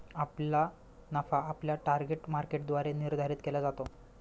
आपला नफा आपल्या टार्गेट मार्केटद्वारे निर्धारित केला जातो